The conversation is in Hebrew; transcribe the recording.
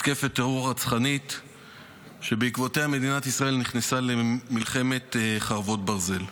מתקפת הטרור הרצחני שבעקבותיה מדינה ישראל נכנסה למלחמת חרבות ברזל,